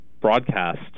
broadcast